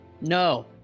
No